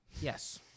Yes